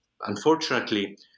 Unfortunately